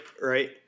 right